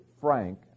frank